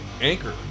Anchor